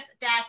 death